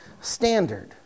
standard